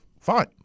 Fine